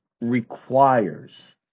requires